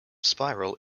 spiral